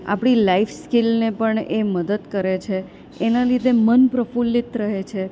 આપણી લાઈફ સ્કિલને પણ એ મદદ કરે છે એનાં લીધે મન પ્રફુલ્લિત રહે છે